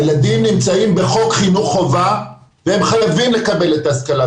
הילדים נמצאים בחוק חינוך חובה והם חייבים לקבל את ההשכלה.